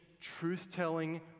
truth-telling